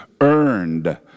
earned